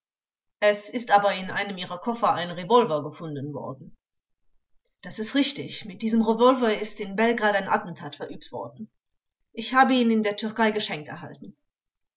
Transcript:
es ist aber in einem ihrer koffer ein revolver gefunden worden angekl das ist richtig mit diesem revolver ist in belgrad ein attentat verübt worden ich habe ihn in der türkei geschenkt erhalten